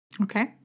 Okay